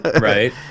Right